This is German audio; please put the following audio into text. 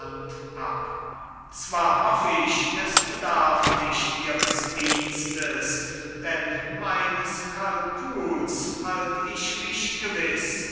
ab zwar hoff ich es bedarf nicht ihres dienstes denn meines kalkuls halt ich mich gewiß